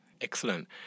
Excellent